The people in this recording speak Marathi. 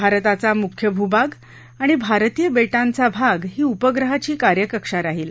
भारताचा मुख्य भूभाग आणि भारतीय बेटांचा भाग ही उपग्रहाची कार्यकक्षा राहील